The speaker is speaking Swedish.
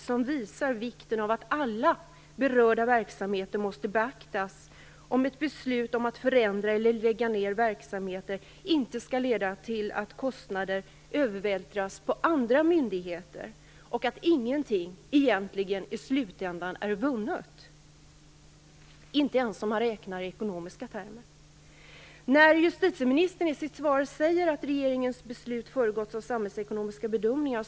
Det visar vikten av att alla berörda verksamheter beaktas, om ett beslut om att förändra eller lägga ned verksamheter inte skall leda till att kostnader övervältras på andra myndigheter och att ingenting i slutändan egentligen är vunnet, inte ens ekonomiskt. Justitieministern säger i sitt svar att regeringens beslut föregåtts av samhällsekonomiska bedömningar.